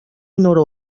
nord